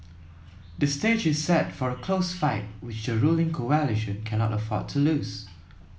the stage is set for a close fight which the ruling cannot afford to lose